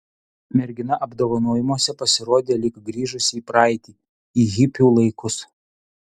mergina apdovanojimuose pasirodė lyg grįžusi į praeitį į hipių laikus